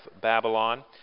Babylon